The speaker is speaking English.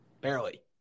Barely